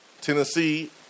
Tennessee